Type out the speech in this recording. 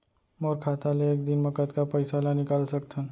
मोर खाता ले एक दिन म कतका पइसा ल निकल सकथन?